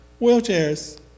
wheelchairs